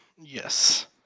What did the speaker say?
Yes